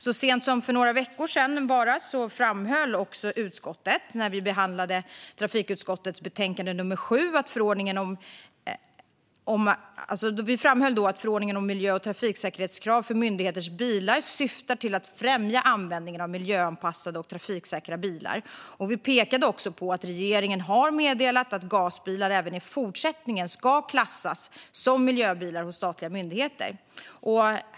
Så sent som för några veckor sedan framhöll vi i utskottet, när vi behandlade trafikutskottets betänkande 7, att förordningen om miljö och trafiksäkerhetskrav för myndigheters bilar syftar till att främja användningen av miljöanpassade och trafiksäkra bilar. Vi pekade också på att regeringen har meddelat att gasbilar även i fortsättningen ska klassas som miljöbilar hos statliga myndigheter.